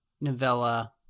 novella